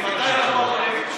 אלחרומי,